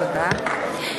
תודה.